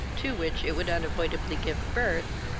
to which it would unavoidably give birth,